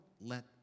let